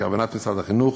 בכוונת משרד החינוך,